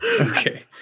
Okay